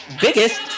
biggest